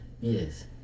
Yes